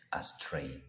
astray